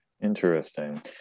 Interesting